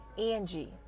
Angie